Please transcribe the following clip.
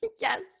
Yes